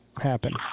happen